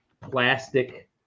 plastic